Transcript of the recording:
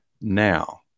now